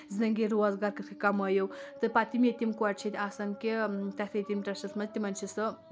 زِندگی روزگار کِتھٕے کَمٲیو تہٕ پَتہٕ یِم ییٚتیٖم کۄڑِ چھِ ییٚتہِ آسان کہِ تَتھ ییٚتہِ یِم ٹرٛسٹَس منٛز تِمَن چھِ سُہ